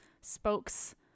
spokes